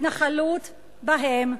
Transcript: ההתנחלות בהם,